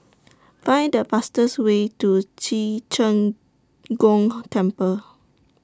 Find The fastest Way to Ci Zheng Gong Temple